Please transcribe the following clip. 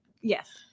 Yes